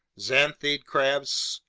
xanthid crabs,